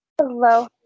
Hello